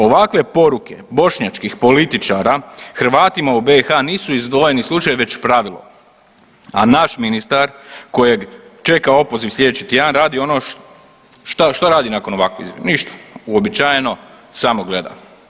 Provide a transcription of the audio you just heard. Ovakve poruke bošnjačkih političara Hrvatima u BiH nisu izdvojeni slučaj već pravilo, a naš ministar kojeg čeka opoziv slijedeći tjedan radi ono što, što radi nakon ovakvih izjava, ništa, uobičajeno samo gleda.